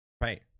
Right